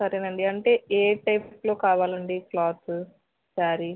సరేనండి అంటే ఏ టైప్లో కావాలండి క్లాత్ శారీ